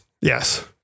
Yes